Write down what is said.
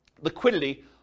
liquidity